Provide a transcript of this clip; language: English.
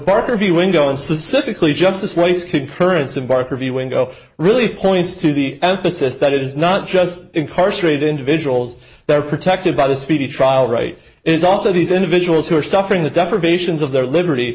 parker viewing going to simply justice waits concurrence and barker viewing go really points to the emphasis that it is not just incarcerate individuals they're protected by the speedy trial right is also these individuals who are suffering the deprivations of their liberty